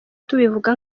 tubivuga